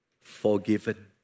forgiven